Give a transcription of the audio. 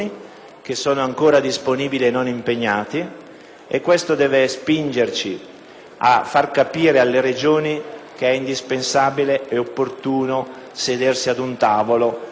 Questo deve spingerci a far capire alle Regioni che è indispensabile ed opportuno sedersi ad un tavolo per poter far partire davvero questo piano casa.